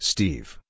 Steve